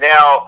Now